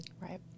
Right